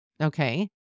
okay